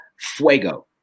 fuego